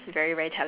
yes